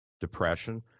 depression